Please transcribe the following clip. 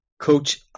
coach